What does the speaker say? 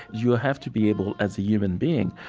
you have to be able, as a human being,